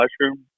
mushroom